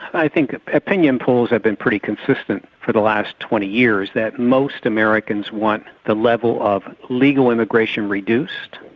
i think opinion polls have been pretty consistent for the last twenty years that most americans want the level of legal immigration reduced,